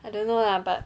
I don't know lah but